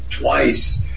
twice